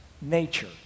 nature